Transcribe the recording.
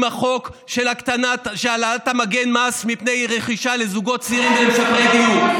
החוק של העלאת מגן המס מפני רכישה לזוגות צעירים ומשפרי דיור?